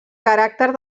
caràcter